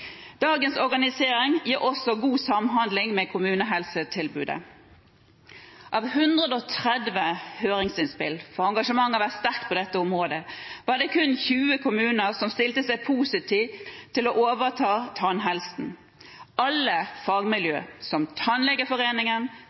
Dagens organisering gir også god samhandling med kommunehelsetilbudet. Av 130 høringsinnspill –engasjementet har vært sterkt på dette området – var det kun 20 kommuner som stilte seg positive til å overta ansvaret for tannhelsen. Alle fagmiljøer, som